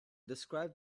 describe